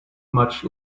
much